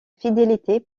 fidélité